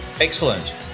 Excellent